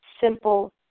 simple